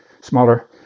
smaller